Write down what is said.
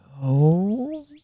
No